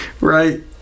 Right